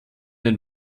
den